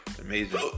Amazing